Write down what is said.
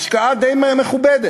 השקעה די מכובדת.